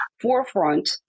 forefront